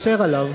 מצר עליו,